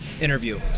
interview